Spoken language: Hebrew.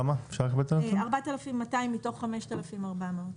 4,200 מתוך 5,400 דוחות.